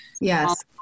Yes